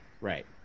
Right